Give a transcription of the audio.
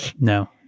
No